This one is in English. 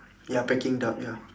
ya peking duck ya